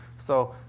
so,